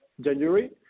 january